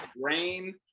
rain